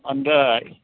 अन्त